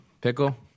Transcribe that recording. Pickle